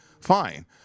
fine